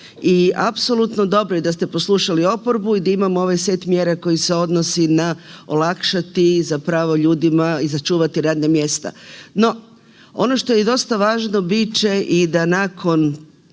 I apsolutno dobro je da ste poslušali oporbu i da imamo ovaj set mjera koji se odnosi na olakšati zapravo ljudima i sačuvati radna mjesta. No, ono što je dosta važno bit će i da nakon